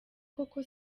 koko